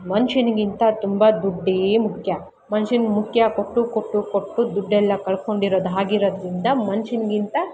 ಮನ್ಷನ್ಗಿಂತ ತುಂಬ ದುಡ್ಡೇ ಮುಖ್ಯ ಮನುಷ್ಯಂಗೆ ಮುಖ್ಯ ಕೊಟ್ಟು ಕೊಟ್ಟು ಕೊಟ್ಟು ದುಡ್ಡೆಲ್ಲ ಕೊಳ್ಕೊಂಡಿರೋದು ಆಗಿರೋದ್ರಿಂದ ಮನ್ಷನಿಗಿಂತ